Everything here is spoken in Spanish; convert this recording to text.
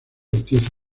ortiz